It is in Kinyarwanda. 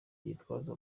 gitwaza